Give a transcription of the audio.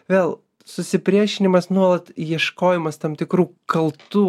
vėl susipriešinimas nuolat ieškojimas tam tikrų kaltų